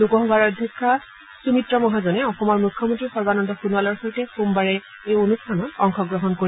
লোকসভাৰ অধ্যক্ষা সুমিত্ৰা মহাজনে অসমৰ মুখ্যমন্ত্ৰী সৰ্বানন্দ সোণোৱালৰ সৈতে সোমবাৰে এই অনুষ্ঠানত অংশগ্ৰহণ কৰিব